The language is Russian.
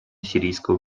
сирийского